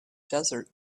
desert